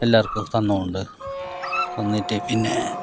എല്ലാവർക്കും തന്നോണ്ട് എന്നിട്ട് പിന്നെ